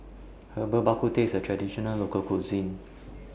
Herbal Bak Ku Teh IS A Traditional Local Cuisine